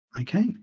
Okay